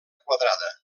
quadrada